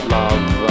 love